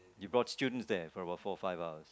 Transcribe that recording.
you brought students there for about four five hours